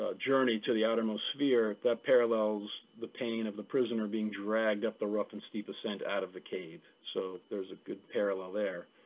ah journey to the outermost sphere that parallels the pain of the prisoner being dragged up the rough and steep ascent out of the cave. so there's a good parallel there.